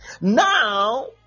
now